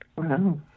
Wow